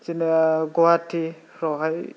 जेनेबा गुवाहाटिफ्रावहाय